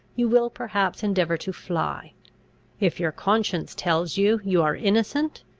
you will perhaps endeavour to fly if your conscience tells you, you are innocent,